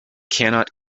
cannot